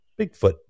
Bigfoot